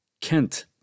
Kent